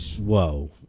Whoa